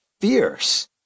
fierce